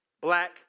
black